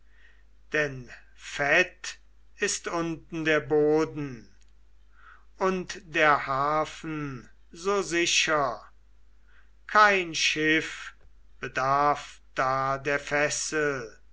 denn fett ist unten der boden und der hafen so sicher kein schiff bedarf da der